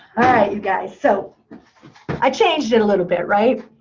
alright, you guys. so i changed it a little bit, right?